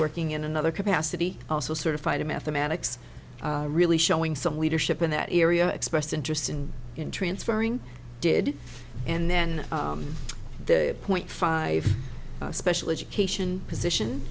working in another capacity also certified in mathematics really showing some leadership in that area expressed interest and in transferring did and then the point five special education position